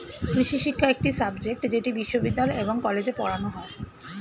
কৃষিশিক্ষা একটি সাবজেক্ট যেটি বিশ্ববিদ্যালয় এবং কলেজে পড়ানো হয়